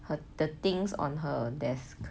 her the things on her desk